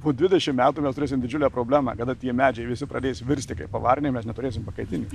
po dvidešim metų mes turėsim didžiulę problemą kada tie medžiai visi pradės virsti kaip avariniai mes neturėsim pakaitinių